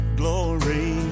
glory